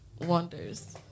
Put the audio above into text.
wonders